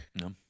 No